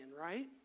right